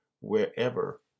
wherever